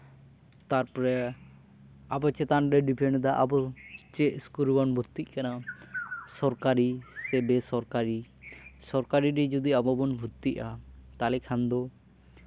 ᱛᱟᱨᱯᱚᱨᱮ ᱟᱵᱚ ᱪᱮᱛᱟᱱᱨᱮ ᱰᱤᱯᱮᱱᱰ ᱮᱫᱟ ᱟᱵᱚ ᱪᱮᱫ ᱤᱥᱠᱩᱞ ᱨᱮᱵᱚᱱ ᱵᱷᱚᱛᱛᱤᱜ ᱠᱟᱱᱟ ᱥᱚᱨᱠᱟᱨᱤ ᱥᱮ ᱵᱮᱥᱚᱨᱠᱟᱨᱤ ᱥᱚᱨᱠᱟᱨᱤ ᱨᱮ ᱡᱩᱫᱤ ᱟᱵᱚ ᱵᱚᱱ ᱵᱷᱚᱛᱛᱤᱜᱼᱟ ᱛᱟᱦᱞᱮ ᱠᱷᱟᱱ ᱫᱚ